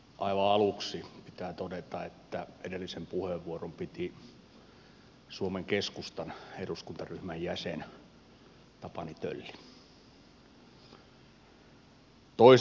aivan aluksi pitää todeta että edellisen puheenvuoron piti suomen keskustan eduskuntaryhmän jäsen tapani tölli